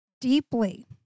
deeply